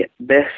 best